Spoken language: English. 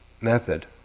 method